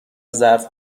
ظرف